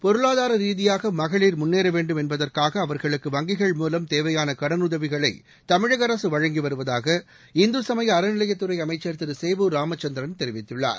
பொருளாதார ரீதியாக மகளிர் முன்னேற வேண்டும் என்பதற்காக அவர்களுக்கு வங்கிகள் மூலம் தேவையான கடனுதவிகளை தமிழக அரசு வழங்கி வருவதாக இந்து சமய அறநிலையத்துறை அமைச்சர் திரு சேவூர் ராமச்சந்திரன் தெரிவித்துள்ளார்